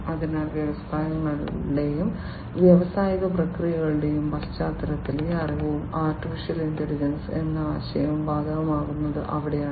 അതിനാൽ വ്യവസായങ്ങളുടെയും വ്യാവസായിക പ്രക്രിയകളുടെയും പശ്ചാത്തലത്തിൽ ഈ അറിവും AI എന്ന ആശയവും ബാധകമാകുന്നത് അവിടെയാണ്